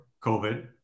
covid